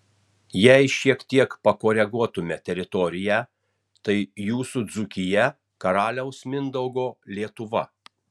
jei šiek tiek pakoreguotume teritoriją tai jūsų dzūkija karaliaus mindaugo lietuva